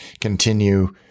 continue